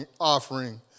offering